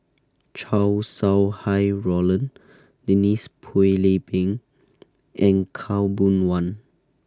Chow Sau Hai Roland Denise Phua Lay Peng and Khaw Boon Wan